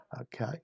okay